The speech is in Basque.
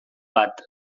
bat